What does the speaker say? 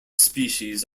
species